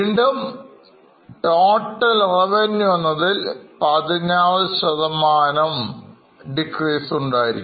വീണ്ടുംtotal revenue എന്നതിൽ 16Decrease ഉണ്ടായി